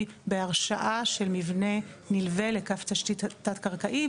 בהרשאה של מבנה נלווה לקו תשתית תת-קרקעי,